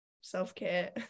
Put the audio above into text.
self-care